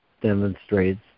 demonstrates